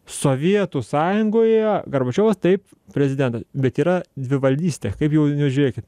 sovietų sąjungoje gorbačiovas taip prezidentas bet yra dvivaldystė kaip jau nežiūrėkit